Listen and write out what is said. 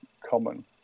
common